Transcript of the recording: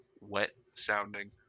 wet-sounding